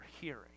hearing